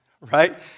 right